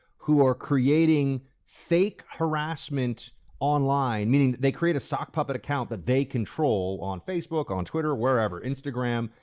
who are creating fake harassment online meaning that they create a sock puppet account that they control on facebook, on twitter, wherever, instagram,